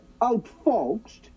outfoxed